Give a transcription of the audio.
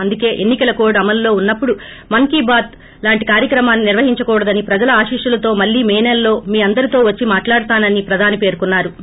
అందుకే ఎన్పి కల కోడ్ అమలులో ఉన్పప్పుడు మన్ కి బాత్ లాంటి కార్యక్రమాన్ని నిర్వహించకూడదని ప్రజల ఆశీస్పులతో మళ్లీ మే నెలలో మీ అందరితో వచ్చి మాట్లాడుతానని ప్రధాని పేర్కొన్నా రు